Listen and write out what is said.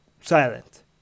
silent